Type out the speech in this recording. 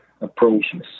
approaches